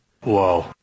Whoa